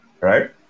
Right